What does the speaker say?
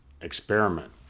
experiment